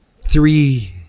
three